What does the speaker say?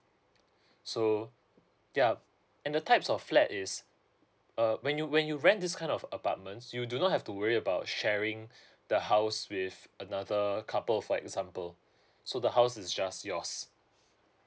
so yup and the types of flat is uh when you when you rent this kind of apartments you do not have to worry about sharing the house with another couple for example so the house is just yours